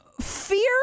fear